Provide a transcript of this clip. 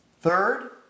Third